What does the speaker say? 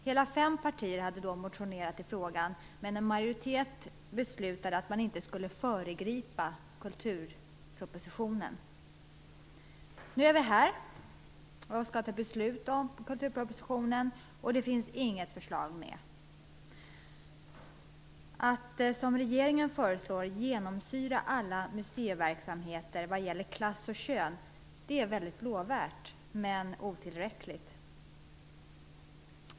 Hela fem partier hade då motionerat i frågan, men en majoritet beslutade att man inte skulle föregripa kulturpropositionen. Nu är vi här och skall fatta beslut om kulturpropositionen, och det finns inget förslag med. Regeringen föreslår att klass och kön skall genomsyra all museiverksamhet. Det är mycket lovvärt men otillräckligt.